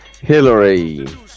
Hillary